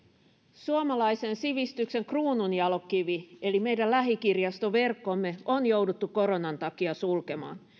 suomalaisen sivistyksen kruununjalokivi eli meidän lähikirjastoverkkomme on jouduttu koronan takia sulkemaan